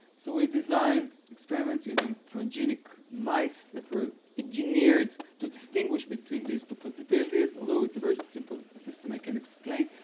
so we designed experiments using transgenic mice that were engineered to distinguish between these two possibilities, although it's a very simple system, i can explain,